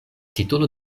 titolo